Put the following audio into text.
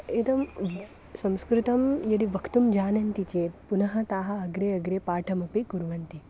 इदं संस्कृतं यदि वक्तुं जानन्ति चेत् पुनः ते अग्रे अग्रे पुनः पाठमपि कुर्वन्ति